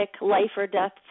life-or-death